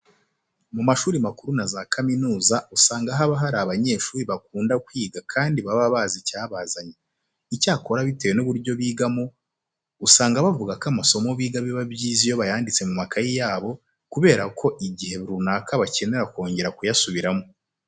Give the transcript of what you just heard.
Mu mashuri makuru na za kaminuza usanga haba hari abanyeshuri bakunda kwiga kandi baba bazi icyabazanye. Icyakora bitewe n'uburyo bigamo, usanga bavuga ko amasomo biga biba byiza iyo bayanditse mu makayi yabo kubera ko igihe runaka bakenera kongera kuyasubiramo.